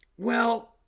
well,